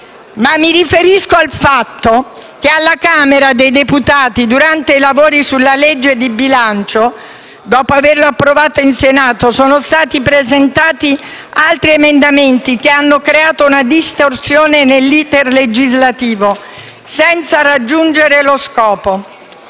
Mi riferisco al fatto che alla Camera dei deputati, durante i lavori sulla legge di bilancio, dopo che era stata approvata in Senato, sono stati presentati altri emendamenti che hanno creato una distorsione nell'*iter* legislativo, senza raggiungere lo scopo.